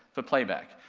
for playback.